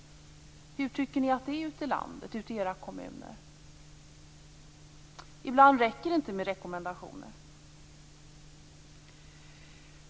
Hur tycker ni att det ser ut i era kommuner ute i landet? Ibland räcker det inte med rekommendationer.